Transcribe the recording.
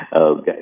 Okay